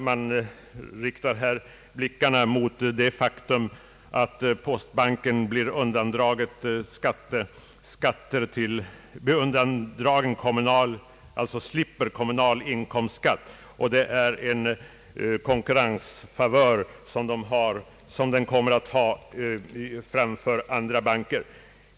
Man riktar här kritik mot det faktum att postbanken slipper kommunal inkomstskatt. Detta är en konkurrensfavör som den kommer att ha framför andra banker.